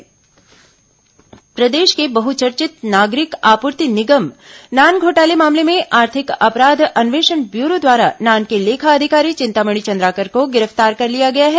नान घोटाला प्रदेश के बहुचर्चित नागरिक आपूर्ति निगम नान घोटाले मामले में आर्थिक अपराध अन्वेषण ब्यूरो द्वारा नान के लेखा अधिकारी चिंतामणि चंद्राकर को गिरफ्तार कर लिया गया है